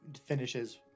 finishes